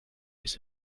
bis